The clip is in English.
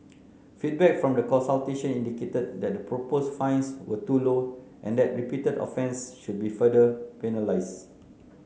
feedback from the consultation indicated that the proposed fines were too low and that repeated offences should be further penalised